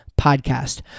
Podcast